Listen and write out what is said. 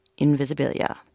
Invisibilia